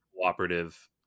cooperative